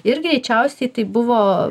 ir greičiausiai tai buvo